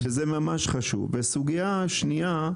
זה ממש חשוב, הסוגיה השנייה,